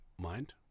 mind